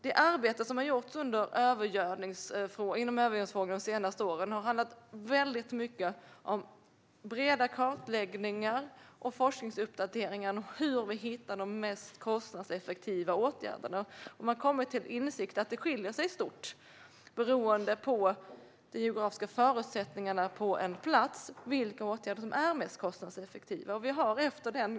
Det arbete som har gjorts de senaste åren när det gäller övergödningsfrågan har handlat mycket om breda kartläggningar och forskningsuppdateringar av hur vi ska hitta de mest kostnadseffektiva åtgärderna. Man har kommit till insikten att det är stora skillnader i fråga om vilka åtgärder som är mest kostnadseffektiva, beroende på de geografiska förutsättningarna.